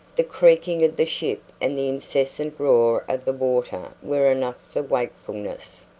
the creaking of the ship and the incessant roar of the water were enough for wakefulness.